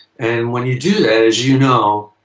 and when you do that, as you know,